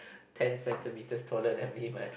ten centimeters taller than me but